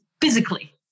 physically